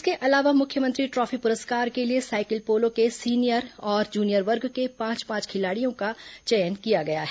इसके अलावा मुख्यमंत्री ट्राफी पुरस्कार के लिए सायकल पोलो के सीनियर और जूनियर वर्ग के पांच पांच खिलाड़ियों का चयन किया गया है